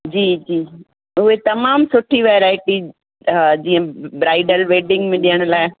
जी जी उहे तमामु सुठी वैराइटी हा जीअं ब्राइडल वेडिंग में ॾियण लाइ